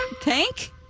Tank